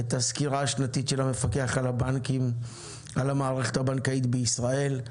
את הסקירה השנתית של המפקח על הבנקים על המערכת הבנקאית בישראל.